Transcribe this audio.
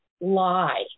lie